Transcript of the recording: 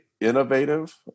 innovative